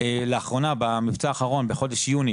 לאחרונה, במבצע האחרון, בחודש יוני